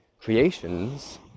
creations